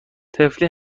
طفلی